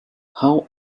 how